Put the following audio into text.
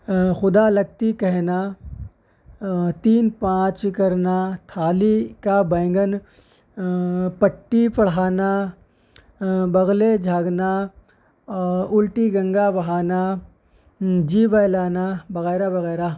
خدا لگتی کہنا تین پانچ کرنا تھالی کا بینگن پٹی پڑھانا بغلیں جھانکنا اور الٹی گنگا بہانا جی بہلانا وغیرہ وغیرہ